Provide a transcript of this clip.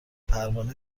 پروانه